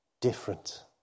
different